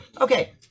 okay